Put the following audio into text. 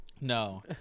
No